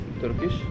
Turkish